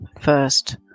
first